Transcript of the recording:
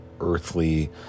earthly